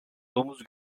domuz